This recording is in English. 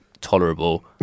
tolerable